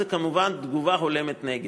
היא כמובן תגובה הולמת נגד.